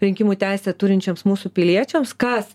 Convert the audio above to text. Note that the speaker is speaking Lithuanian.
rinkimų teisę turinčiems mūsų piliečiams kas